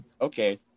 Okay